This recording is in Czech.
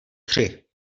tři